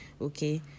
okay